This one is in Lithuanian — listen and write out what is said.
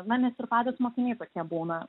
na nes ir patys mokiniai tokie būna